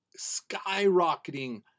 skyrocketing